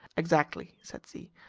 exactly, said z.